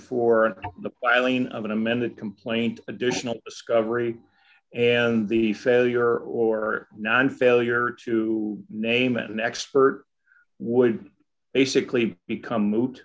for the filing of an amended complaint additional discovery and the failure or none failure to name an expert would basically become moot